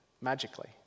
magically